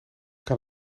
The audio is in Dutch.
kan